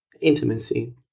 intimacy